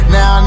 Now